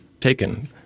taken